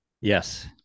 Yes